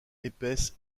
épaisses